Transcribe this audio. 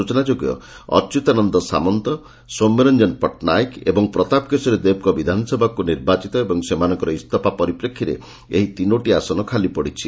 ସୂଚନା ଯୋଗ୍ୟ ଅଚ୍ୟୁତ ସାମନ୍ତ ସୌମରଞ୍ଞନ ପଟ୍ଟନାୟକ ଏବଂ ପ୍ରତାପ କେଶରୀ ଦେବଙ୍ଙ ବିଧାନସଭାକୁ ନିର୍ବାଚିତ ଏବଂ ସେମାନଙ୍କର ଇସ୍ତଫା ପରିପ୍ରେକ୍ଷୀରେ ଏହି ତିନୋଟି ଆସନ ଖାଲି ପଡ଼ିଛି